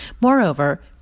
Moreover